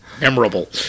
Memorable